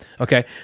Okay